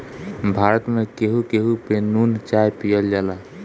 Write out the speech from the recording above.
भारत में केहू केहू पे नून चाय पियल जाला